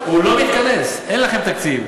אין לכם תקציב.